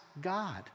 God